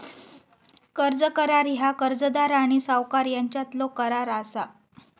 कर्ज करार ह्या कर्जदार आणि सावकार यांच्यातलो करार असा